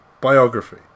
biography